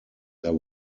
there